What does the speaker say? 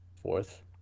Fourth